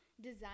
design